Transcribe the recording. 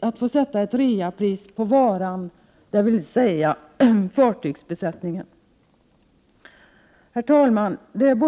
att få sätta ett reapris på ”varan”, dvs. fartygsbesättningen. Herr talman!